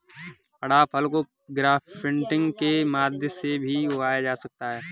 अंडाफल को ग्राफ्टिंग के माध्यम से भी उगाया जा सकता है